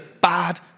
bad